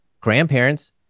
grandparents